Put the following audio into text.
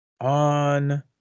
on